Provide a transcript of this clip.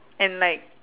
and like